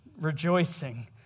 rejoicing